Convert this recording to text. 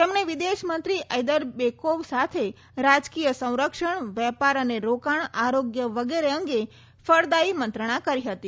તેમણે વિદેશમંત્રી ઐદરબેકોવ સાથે રાજકીય સંરક્ષણ વેપાર અને રોકાણ આરોગ્ય વગેરે અંગે ફાળદાયી મંત્રણા કરી હતી